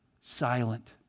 silent